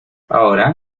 ahora